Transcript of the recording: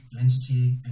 entity